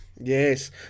Yes